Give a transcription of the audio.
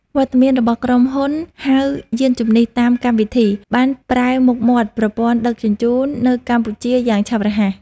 វត្តមានរបស់ក្រុមហ៊ុនហៅយានជំនិះតាមកម្មវិធី បានប្រែមុខមាត់ប្រព័ន្ធដឹកជញ្ជូននៅកម្ពុជាយ៉ាងឆាប់រហ័ស។